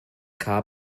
car